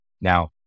Now